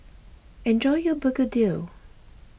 enjoy your Begedil